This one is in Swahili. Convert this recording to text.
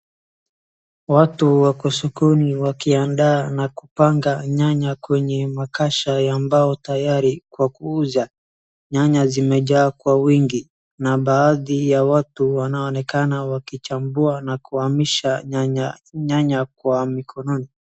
Watu wako sokoni wakiandaa na kupanga nyanya kwenye makacha ya mbao tayari kwa kuuza. Nyanya zimejaa kwa wingi na baadhi ya watu wanaonekana wakichambua na kuhamisha nyanya kwa mikononi.